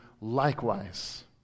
likewise